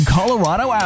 Colorado